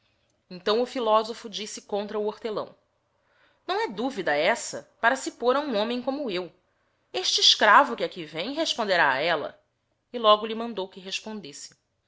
então o philosopho disse resposta não he dúvida essa contra o hortelão a lium liomem como eu para se pôr este escravo que aqui veui responderá a ella e logo lhe mandou que respona